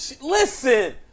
listen